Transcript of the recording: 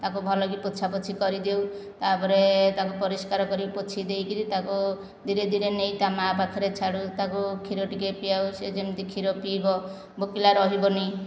ତାକୁ ଭଲକି ପୋଛା ପୋଛି କରିଦେଉ ତା'ପରେ ତାକୁ ପରିଷ୍କାର କରି ପୋଛି ଦେଇ କରି ତାକୁ ଧୀରେ ଧୀରେ ନେଇ ତା ମାଆ ପାଖରେ ଛାଡ଼ୁ ତାକୁ କ୍ଷୀର ଟିକେ ପିଆଉ ସିଏ ଯେମିତି କ୍ଷୀର ପିଇବ ଭୋକିଲା ରହିବନି